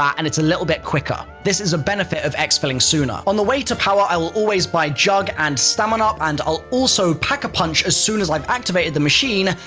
and it's a little bit quicker. this is a benefit of exfilling sooner. on the way to power, i'll always buy jug and stamin-up, and i'll also pack-a-punch as soon as i've activated the machine,